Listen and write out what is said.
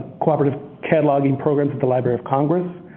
cooperative cataloging program for the library of congress.